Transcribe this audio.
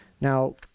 now